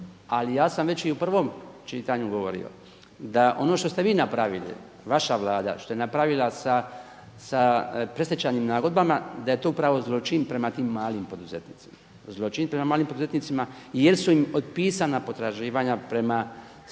Ali ja sam već i u prvom čitanju govorio da ono što ste vi napravili, vaša Vlada što je napravila sa predstečajnim nagodbama da je to upravo zločin prema tim malim poduzetnicima, zločin prema malim poduzetnicima jer su im otpisana potraživanja prema … dužnicima